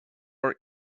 our